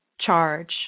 charge